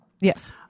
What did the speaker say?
Yes